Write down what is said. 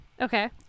Okay